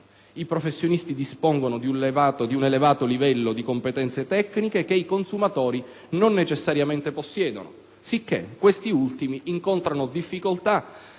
i professionisti dispongono di un elevato livello di competenze tecniche che i consumatori non necessariamente possiedono, sicché questi ultimi incontrano difficoltà